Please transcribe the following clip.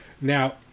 Now